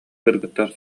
кыргыттар